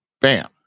Bam